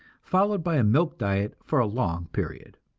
followed by a milk diet for a long period.